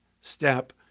step